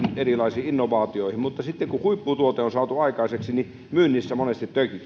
erilaisiin innovaatioihin mutta sitten kun huipputuote on saatu aikaiseksi niin myynnissä monesti